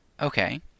Okay